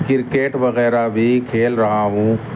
cricket وغیرہ بھی کھیل رہا ہوں